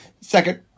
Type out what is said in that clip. second